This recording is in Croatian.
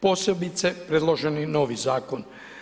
Posebice predloženi novi Zakon.